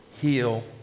heal